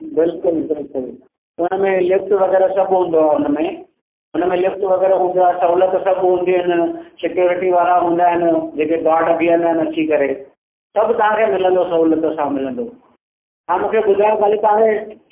बिल्कुलु बिल्कुलु हुनमें लिफ्ट वग़ौरह सभु हूंदो आहे हुनमें हुनमें लिफ्ट वग़ैरह हूंदो आहे सहुलियतु सभु हूंदी आहिनि सिक्योरिटी हूंदा आहिनि जेके गार्ड बीहंदा आहिनि अची करे सभु तव्हांखे मिलंदो सहुलियत सां मिलंदो तव्हां मूंखे ॿुधायो ख़ाली तव्हांखे